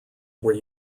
were